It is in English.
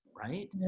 right